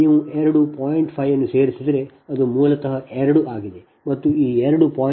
5 ಅನ್ನು ಸೇರಿಸಿದರೆ ಮೂಲತಃ ಇದು 2 ಆಗಿದೆ ನೀವು ಈ ಎರಡು 0